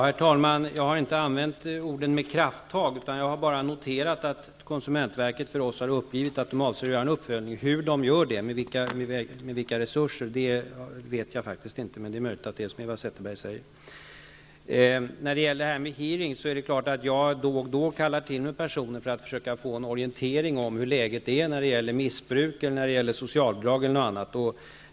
Herr talman! Jag har inte använt orden ''med krafttag'' utan bara noterat att konsumentverket för oss har uppgivit att verket tänker göra en uppföljning. Hur man gör det och vilka resurser man har vet jag faktiskt ingenting om. Det är möjligt att det förhåller sig som Eva Zetterberg säger. Vad angår utfrågningar är det klart att jag då och då kallar till mig personer för att försöka få en orientering om hur läget är när det gäller missbruk, socialbidrag och annat.